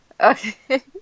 Okay